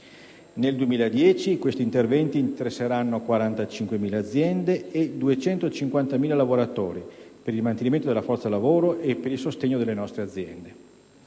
Nel 2010 questi interventi interesseranno 45.000 aziende e 250.000 lavoratori per il mantenimento della forza lavoro e per il sostegno delle nostre aziende.